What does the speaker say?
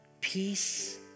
peace